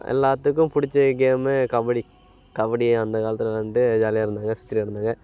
எல்லாத்துக்கும் பிடிச்ச கேமு கபடி கபடி அந்த காலத்தில் விளாண்டு ஜாலியாக இருந்தாங்க சுற்றிட்டு கிடந்தாங்க